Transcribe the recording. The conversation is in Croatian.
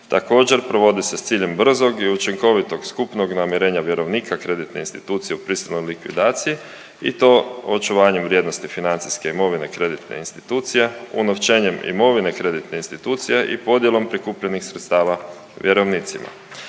Također, provodi se s ciljem brzog i učinkovitog skupnog namirenja vjerovnika kreditne institucije u prisilnoj likvidaciji i to očuvanjem vrijednosti financijske imovine kreditne institucije, unovčenjem imovine kreditne institucije i podjelom prikupljenih sredstava vjerovnicima.